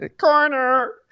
Corner